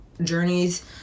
journeys